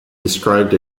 described